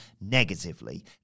negatively